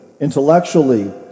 intellectually